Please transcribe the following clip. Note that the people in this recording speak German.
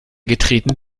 getreten